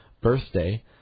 birthday